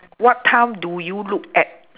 what time do you look at